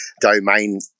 domain